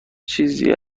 چیزی